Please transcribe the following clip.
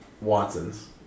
Watson's